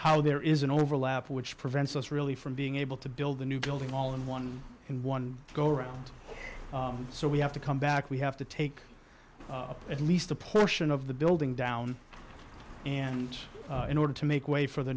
how there is an overlap which prevents us really from being able to build a new building all in one in one go around so we have to come back we have to take at least a portion of the building down and in order to make way for the